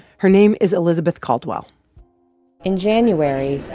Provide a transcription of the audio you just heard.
her name is elizabeth caldwell in january,